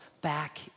back